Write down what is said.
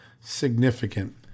significant